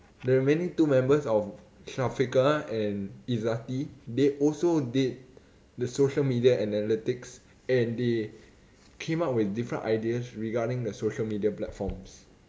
the remaining two members of shafiqah and izzati they also did the social media analytics and they came up with different ideas regarding the social media platforms